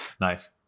nice